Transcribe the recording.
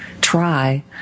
try